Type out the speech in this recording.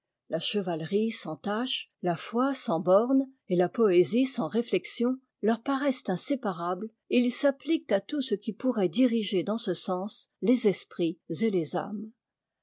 la chevaterie sans taches la foi sans bornes et la poésie sans réflexions leur paraissent inséparables et ils s'appliquent à tout ce qui pourrait diriger dans ce sens les esprits et les âmes